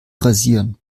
rasieren